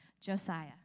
Josiah